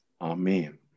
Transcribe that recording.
Amen